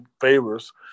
favors